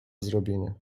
zrobienia